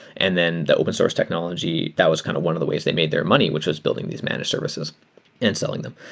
and then the open source technology, that was kind of one of the ways that made their money, which was building these managed services and selling them.